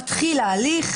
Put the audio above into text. מתחיל ההליך,